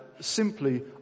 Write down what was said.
simply